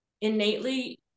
innately